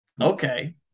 Okay